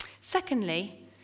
Secondly